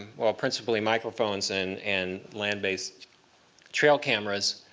principally microphones and and land-based trail cameras